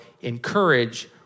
encourage